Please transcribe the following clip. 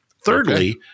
Thirdly